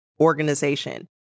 organization